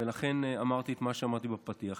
ולכן אמרתי את מה שאמרתי בפתיח.